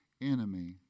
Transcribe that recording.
enemy